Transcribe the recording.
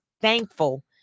thankful